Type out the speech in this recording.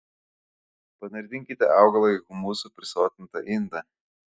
panardinkite augalą į humusu prisotintą indą